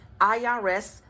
IRS